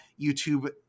YouTube